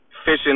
Fishing